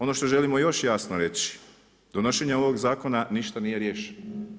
Ono što želimo još jasno reći, donošenjem ovog zakona ništa nije riješeno.